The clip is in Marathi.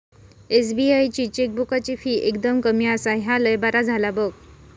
एस.बी.आई ची चेकबुकाची फी एकदम कमी आसा, ह्या लय बरा झाला बघ